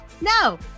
No